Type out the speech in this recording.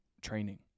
training